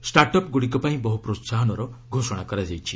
startup ଗୁଡ଼ିକ ପାଇଁ ବହୁ ପ୍ରୋସାହନର ଘୋଷଣା କରାଯାଇଛି